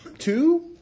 Two